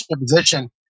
position